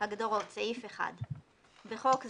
הגדרות 1.בחוק זה,